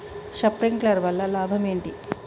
Sprinkler వల్ల లాభం ఏంటి?